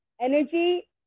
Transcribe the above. energy